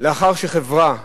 לאחר שחברה הבונה,